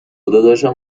داداشم